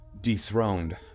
dethroned